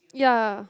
yeah